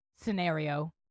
scenario